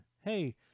Hey